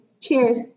Cheers